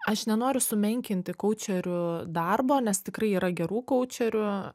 aš nenoriu sumenkinti koučerių darbo nes tikrai yra gerų koučerių